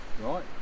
right